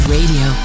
Radio